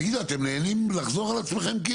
תגידו, אתם נהנים לחזור על עצמכם?